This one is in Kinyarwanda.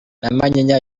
manyinya